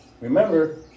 Remember